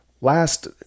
Last